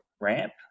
ramp